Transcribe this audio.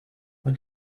when